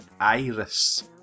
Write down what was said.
Iris